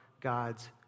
God's